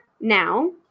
now